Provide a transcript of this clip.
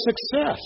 success